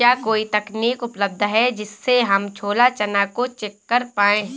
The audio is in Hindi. क्या कोई तकनीक उपलब्ध है जिससे हम छोला चना को चेक कर पाए?